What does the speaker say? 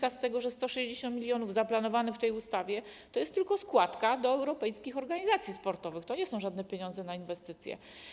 Jak z tego wynika, 160 mln zaplanowane w tej ustawie to jest tylko składka do europejskich organizacji sportowych, to nie są żadne pieniądze na inwestycje.